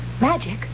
Magic